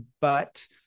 but-